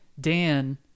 Dan